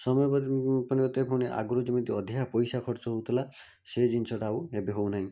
ସମୟ ପରିବର୍ତ୍ତେ ପୁଣି ଆଗରୁ ଯେମିତି ଅଧିକା ପଇସା ଖର୍ଚ୍ଚ ହେଉଥିଲା ସେ ଜିନିଷଟା ଆଉ ଏବେ ହେଉନାହିଁ